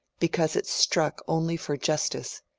because it struck only for justice,